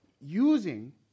using